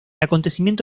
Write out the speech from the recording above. acontecimiento